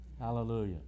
Hallelujah